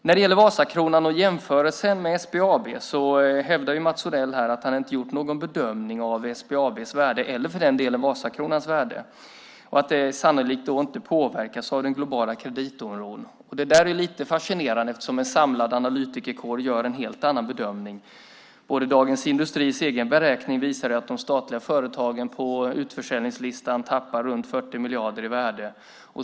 När det gäller Vasakronan och jämförelsen med SBAB hävdar Mats Odell att han inte har gjort någon bedömning av SBAB:s värde eller för den delen av Vasakronans värde. Det påverkas sannolikt inte av den globala kreditoron. Det är lite fascinerande eftersom en samlad analytikerkår gör en helt annan bedömning. Dagens Industris egen beräkning visar att de statliga företagen på utförsäljningslistan tappar runt 40 miljarder i värde.